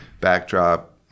backdrop